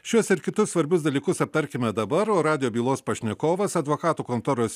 šiuos ir kitus svarbius dalykus aptarkime dabar o radijo bylos pašnekovas advokatų kontoros